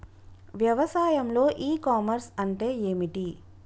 వ్యవసాయంలో e commerce అంటే ఏమిటి?